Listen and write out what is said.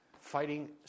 fighting